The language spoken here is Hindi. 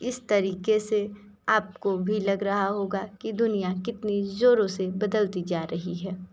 इस तरीके से आपको भी लग रहा होगा कि दुनिया कितनी ज़ोरों से बदलती जा रही है इस तरीक़े से आप को भी लग रहा होगा के दुनिया कितनी जोरों से बदलती जा रही है